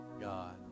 God